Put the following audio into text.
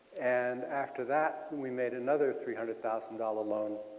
and after that we made another three hundred thousand dollars loan